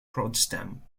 potsdam